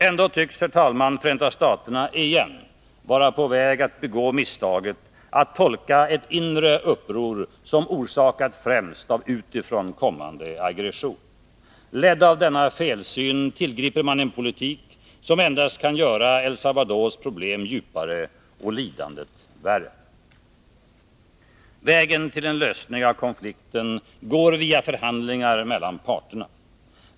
Ändå tycks, herr talman, Förenta staterna igen vara på väg att begå misstaget att tolka ett inre uppror som orsakat främst av utifrån kommande aggression. Ledd av denna felsyn tillgriper man en politik som endast kan göra El Salvadors problem djupare och lidandet värre. Vägen till en lösning av konflikten går via förhandlingar mellan parterna.